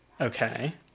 Okay